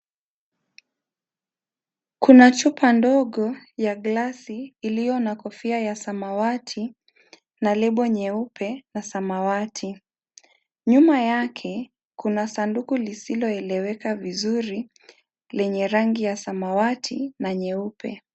Kuna chupa ndogo ya glasi iliyo na kofia ya samawati na lebo nyeupe na samawati nyuma yake kuna sanduku lisiloeleweka vizuri lenye rangi ya samawati na nyeupe.